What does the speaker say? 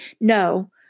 no